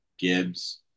Gibbs